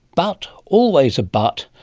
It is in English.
but. always a but,